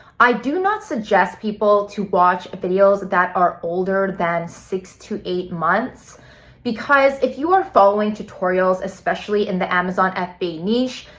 i do not suggest people to watch videos that are older than six to eight months because if you are following tutorials, especially in the amazon fba niche,